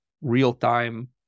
real-time